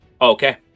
Okay